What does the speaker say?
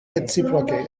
reciproke